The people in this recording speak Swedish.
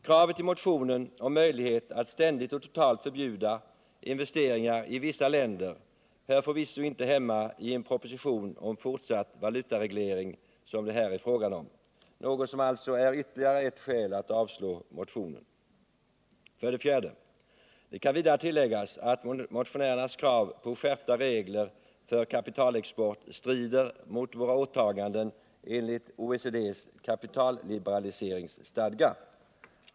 Kravet i motionen om möjlighet att ständigt och totalt förbjuda investeringar i vissa länder hör förvisso inte hemma i en proposition om fortsatt valutareglering som det här är fråga om, något som alltså är ett ytterligare skäl att avslå motionen. 4, Det kan vidare tilläggas att motionärernas krav på skärpta regler för kapitalexport strider mot våra åtaganden enligt OECD:s kapitalliberaliseringsstadga.